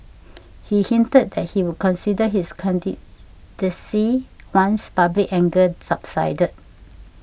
he hinted that he would consider his candidacy once public anger subsided